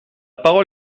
parole